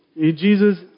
jesus